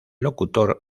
locutor